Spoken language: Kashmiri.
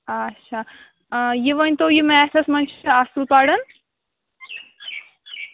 آچھا آ یہِ ؤنۍتو یہِ میتھَس منٛز اَصٕل پَران